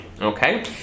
okay